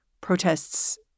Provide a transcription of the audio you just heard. protests